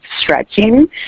stretching